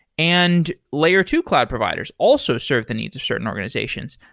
and layer two cloud providers also serve the needs of certain organizations,